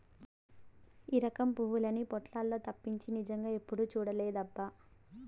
ఈ రకం పువ్వుల్ని పోటోలల్లో తప్పించి నిజంగా ఎప్పుడూ చూడలేదబ్బా